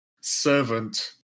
servant